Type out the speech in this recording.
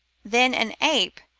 then an ape,